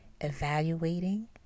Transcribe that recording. evaluating